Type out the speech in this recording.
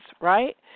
right